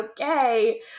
okay